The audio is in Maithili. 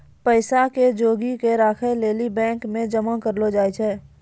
पैसा के जोगी क राखै लेली बैंक मे जमा करलो जाय छै